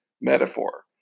metaphor